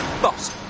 Boss